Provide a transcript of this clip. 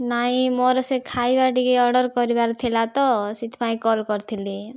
ନାହିଁ ମୋର ସେ ଖାଇବା ଟିକେ ଅର୍ଡ଼ର କରିବାର ଥିଲା ତ ସେଥିପାଇଁ କଲ୍ କରିଥିଲି